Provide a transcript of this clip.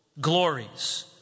glories